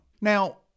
Now